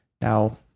Now